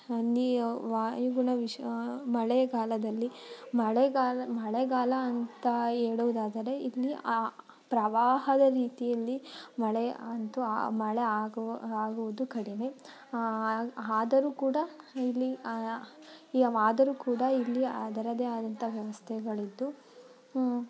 ನಿ ವಾಯುಗುಣ ವಿಷ ಮಳೆಗಾಲದಲ್ಲಿ ಮಳೆಗಾಲ ಮಳೆಗಾಲ ಅಂತ ಹೇಳುವುದಾದರೆ ಇಲ್ಲಿ ಆ ಪ್ರವಾಹದ ರೀತಿಯಲ್ಲಿ ಮಳೆ ಅಂತೂ ಆ ಮಳೆ ಆಗೋ ಆಗೋದು ಕಡಿಮೆ ಆದರೂ ಕೂಡ ಇಲ್ಲಿ ಆದರೂ ಕೂಡ ಇಲ್ಲಿ ಅದರದೇ ಆದಂತಹ ವ್ಯವಸ್ಥೆಗಳಿದ್ದು